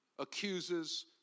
accuses